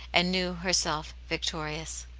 and knew herself victorious.